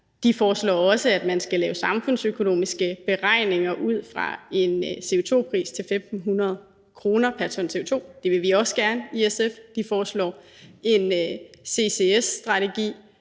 De foreslår også, at man skal lave samfundsøkonomiske beregninger ud fra en CO2-pris til 1.500 kr. pr. ton CO2. Det vil vi også gerne i SF. De foreslår en ccs-strategi,